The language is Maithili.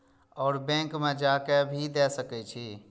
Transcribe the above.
और बैंक में जा के भी दे सके छी?